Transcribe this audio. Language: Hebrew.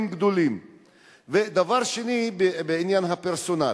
דבר שני, בעניין הפרסונל,